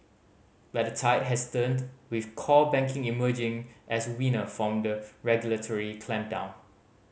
but the tide has turned with core banking emerging as winner from the regulatory clampdown